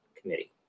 Committee